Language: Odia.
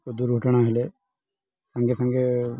ଦୁର୍ଘଟଣା ହେଲେ ସାଙ୍ଗେ ସାଙ୍ଗେ